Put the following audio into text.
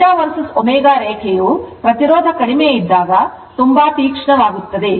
θ vs ω ರೇಖೆಯು ಪ್ರತಿರೋಧ ಕಡಿಮೆ ಇದ್ದಾಗ ತುಂಬಾ ತೀಕ್ಷ್ಣವಾಗುತ್ತದೆ